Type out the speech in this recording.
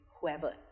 whoever